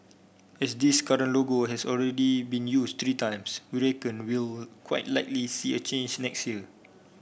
as this current logo has already been used three times we reckon we'll quite likely see a change next year